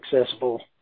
accessible